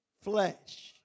flesh